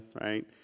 right